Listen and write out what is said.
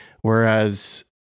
Whereas